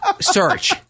search